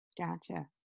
gotcha